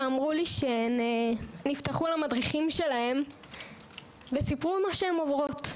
ואמרו לי שהם נפתחו למדריכים שלהן וסיפרו מה שהן עוברות,